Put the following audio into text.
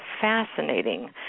fascinating